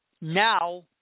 now